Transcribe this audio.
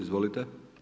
Izvolite.